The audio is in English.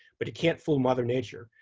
but you can't fool mother nature.